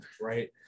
Right